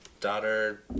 daughter